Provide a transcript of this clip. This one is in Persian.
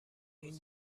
این